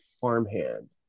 farmhand